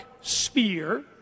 spear